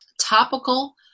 topical